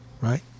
right